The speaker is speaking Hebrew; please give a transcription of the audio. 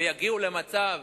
ויגיעו למצב